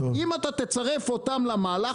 אם אתה תצרף אותם למהלך,